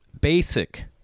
Basic